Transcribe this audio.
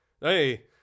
Hey